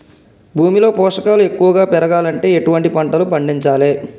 భూమిలో పోషకాలు ఎక్కువగా పెరగాలంటే ఎటువంటి పంటలు పండించాలే?